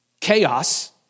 chaos